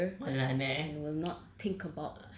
!walao! eh